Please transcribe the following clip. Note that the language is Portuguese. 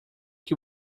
que